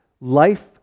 Life